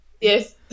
Yes